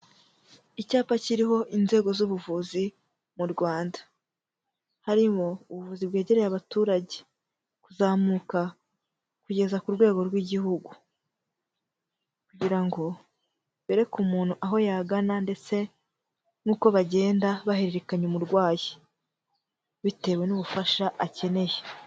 Icyapa kiriho inzego z'ubuvuzi mu Rwanda, harimo ubuvuzi bwegereye abaturage, kuzamuka kugeza ku rwego rw'igihugu, kugira ngo bereke umuntu aho yagana ndetse nk'uko bagenda bahererekanya umurwayi bitewe n'ubufasha akeneye.